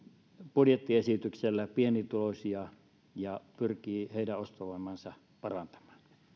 budjettiesityksellä pienituloisia ja pyrkii heidän ostovoimaansa parantamaan